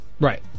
right